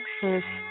Texas